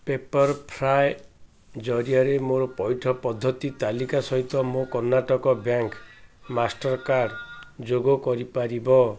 paper fry ଜରିଆରେ ମୋର ପଇଠ ପଦ୍ଧତି ତାଲିକା ସହିତ ମୋ କର୍ଣ୍ଣାଟକ ବ୍ୟାଙ୍କ୍ ମାଷ୍ଟର୍ କାର୍ଡ଼୍ ଯୋଗ କରିପାରିବ